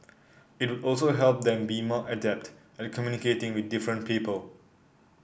it would also help them be more adept at communicating with different people